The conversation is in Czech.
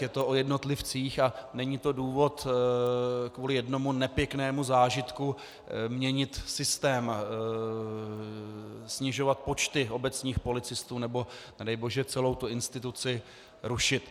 Je to o jednotlivcích a není to důvod kvůli jednomu nepěknému zážitku měnit systém, snižovat počty obecních policistů nebo nedej Bože celou tu instituci rušit.